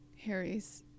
Harry's